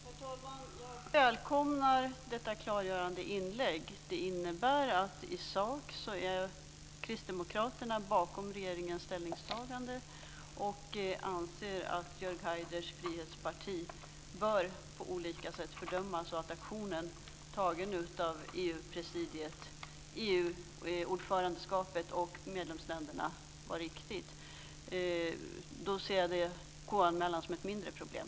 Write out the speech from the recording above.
Herr talman! Jag välkomnar detta klargörande inlägg. Det innebär i sak att kristdemokraterna står bakom regeringens ställningstagande och anser att Jörg Haiders frihetsparti på olika sätt bör fördömas och att aktionen antagen av ordförandelandet i EU och medlemsländerna är riktig. Då ser jag KU anmälan som ett mindre problem.